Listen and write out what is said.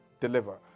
deliver